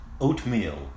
oatmeal